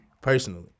personally